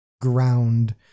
ground